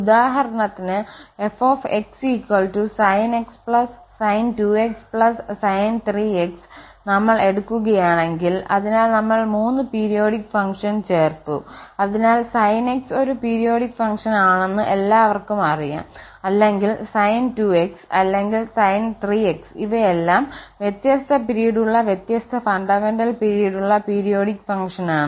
ഉദാഹരണത്തിന് f sin x sin 2x sin 3x നമ്മൾ എടുക്കുകയാണെങ്കിൽ അതിനാൽ നമ്മൾ 3 പീരിയോഡിക് ഫംഗ്ഷൻ ചേർത്തു അതിനാൽ sin x ഒരു പീരിയോഡിക് ഫംഗ്ഷൻ ആണെന്ന് എല്ലാവർക്കും അറിയാം അല്ലെങ്കിൽ sin 2x അല്ലെങ്കിൽ sin 3x ഇവയെല്ലാം വ്യത്യസ്ത പിരീഡുള്ള വ്യത്യസ്ത ഫണ്ടമെന്റൽ പിരീഡ് ഉള്ള പീരിയോഡിക് ഫംഗ്ഷനാണ്